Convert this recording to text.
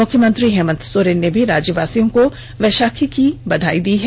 मुख्यमंत्री हेमंत सोरेन ने भी राज्यवासियों को बैषाखी की बधाई दी है